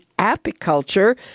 apiculture